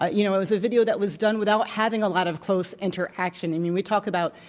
ah you know it was a video that was done without having a lot of close interaction. i mean, we talk about,